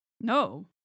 No